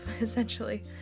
essentially